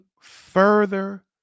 further